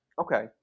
Okay